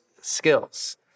skills